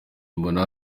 mbona